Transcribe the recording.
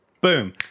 Boom